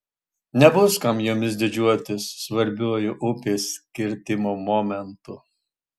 nebus kam jomis didžiuotis svarbiuoju upės kirtimo momentu